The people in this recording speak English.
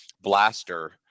blaster